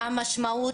מה המשמעות.